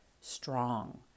strong